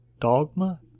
Dogma